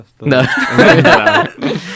No